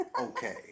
okay